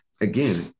again